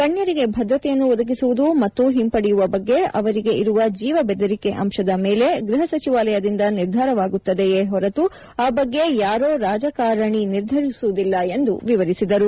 ಗಣ್ಯರಿಗೆ ಭದ್ರತೆಯನ್ನು ಒದಗಿಸುವುದು ಮತ್ತು ಹಿಂಪಡೆಯುವ ಬಗ್ಗೆ ಅವರಿಗೆ ಇರುವ ಜೀವ ಬೆದರಿಕೆ ಅಂಶದ ಮೇಲೆ ಗೃಹ ಸಚಿವಾಲಯದಿಂದ ನಿರ್ಧಾರವಾಗುತ್ತದೆಯೇ ಹೊರತು ಆ ಬಗ್ಗೆ ಯಾರೋ ರಾಜಕಾರಣಿ ನಿರ್ಧರಿಸುವುದಿಲ್ಲ ಎಂದು ವಿವರಿಸಿದರು